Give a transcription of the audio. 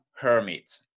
Hermit